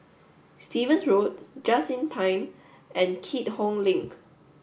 Stevens Road Just Inn Pine and Keat Hong Link